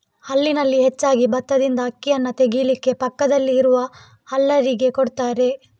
ಹಳ್ಳಿನಲ್ಲಿ ಹೆಚ್ಚಾಗಿ ಬತ್ತದಿಂದ ಅಕ್ಕಿಯನ್ನ ತೆಗೀಲಿಕ್ಕೆ ಪಕ್ಕದಲ್ಲಿ ಇರುವ ಹಲ್ಲರಿಗೆ ಕೊಡ್ತಾರೆ